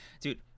dude